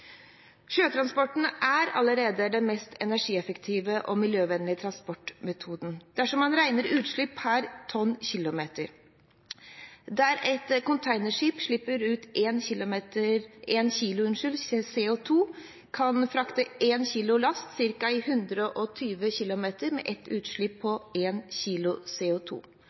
Sjøtransporten er allerede den mest energieffektive og miljøvennlige transportmetoden dersom man regner utslipp per tonnkilometer. Der et containerskip kan frakte 1 kg last ca. 120 km med et utslipp på 1 kg CO2, kommer ikke en lastebil lenger enn 20 km med